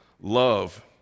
love